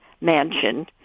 mansion